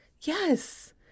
Yes